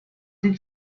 did